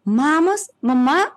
mamos mama